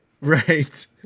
Right